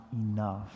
enough